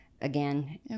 again